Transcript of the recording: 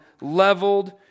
leveled